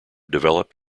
developed